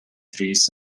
trees